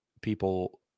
people